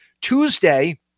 Tuesday